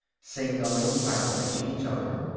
signaling silently to each other.